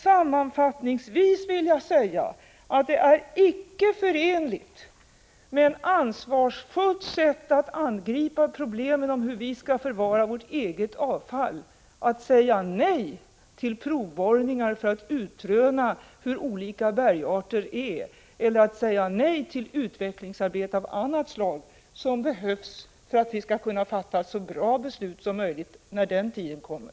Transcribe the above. Sammanfattningsvis vill jag framhålla att det icke är förenligt med ett ansvarsfullt sätt att angripa problemen kring hur vi skall förvara vårt eget avfall att säga nej till provborrningar för att utröna hur olika bergarter är eller att säga nej till utvecklingsarbete av annat slag som behövs för att vi skall kunna fatta ett så bra beslut som möjligt när den tiden kommer.